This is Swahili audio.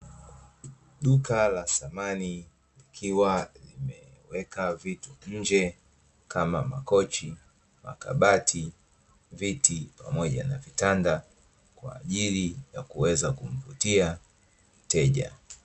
Duka la samani likiwa limeweka vitu nje kama; makochi, makabati, viti pamoja na Vitanda, kwaajili ya kuweza kumvutia mteja.